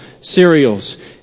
cereals